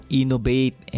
innovate